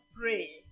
pray